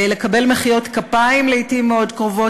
לקבל מחיאות כפיים לעתים מאוד קרובות,